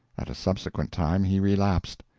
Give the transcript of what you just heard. at a subsequent time he relapsed.